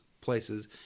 places